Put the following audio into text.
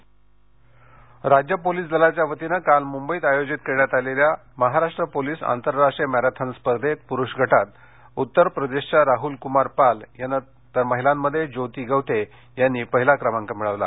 marathon राज्य police दलाच्यावतीने काल मुंबईत आयोजित करण्यात आलेल्या महाराष्ट्र पोलीस आंतरराष्ट्रीय मॅरेथॉन स्पर्धेत पुरुष गटात उत्तर प्रदेशच्या राहुलकुमार पाल याने तर महिलांमध्ये ज्योती गवते यांनी पहिला क्रमांक मिळविला